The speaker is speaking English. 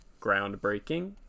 groundbreaking